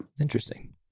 Interesting